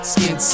Skin